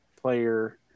player